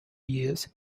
years